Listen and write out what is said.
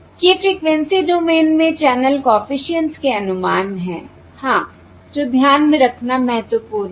ये frequency domain में channel coefficients के अनुमान हैं हां जो ध्यान में रखना महत्वपूर्ण है